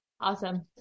Awesome